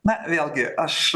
na vėlgi aš